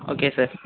okay sir